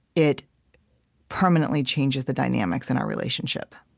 it permanently changes the dynamics in our relationship.